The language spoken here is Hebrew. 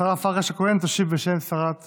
השרה פרקש הכהן תשיב בשם שרת החינוך.